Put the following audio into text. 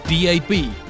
DAB